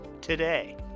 today